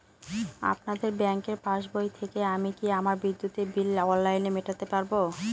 আপনাদের ব্যঙ্কের পাসবই থেকে আমি কি আমার বিদ্যুতের বিল অনলাইনে মেটাতে পারবো?